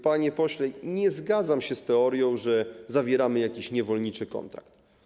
Panie pośle, nie zgadzam się z teorią, że zawieramy jakiś niewolniczy kontrakt.